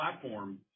platform